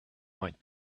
might